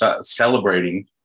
celebrating